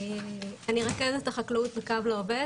אני רכזת החקלאות ב"קו לעובד"